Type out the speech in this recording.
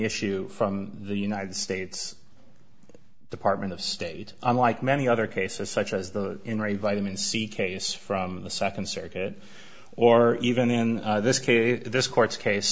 issue from the united states department of state unlike many other cases such as the in re vitamin c case from the second circuit or even in this case this court's case